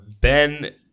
Ben